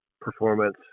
performance